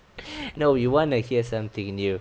no you want to hear something new